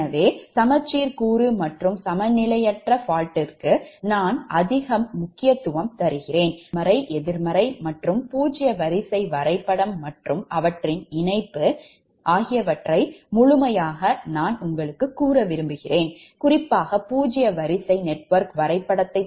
எனவே சமச்சீர் கூறு மற்றும் சமநிலையற்ற faultக்கு நான் அதிக முக்கியத்துவம் தருகிறேன் குறிப்பாக நேர்மறை எதிர்மறை மற்றும் பூஜ்ஜிய வரிசை வரைபடம் மற்றும் அவற்றின் இணைப்பு குறிப்பாக பூஜ்ஜிய வரிசை நெட்வொர்க் வரைபடம்